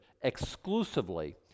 exclusively